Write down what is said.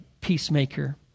peacemaker